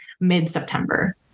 mid-September